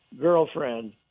girlfriend